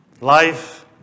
life